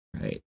Right